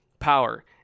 power